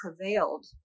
prevailed